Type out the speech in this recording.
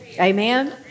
Amen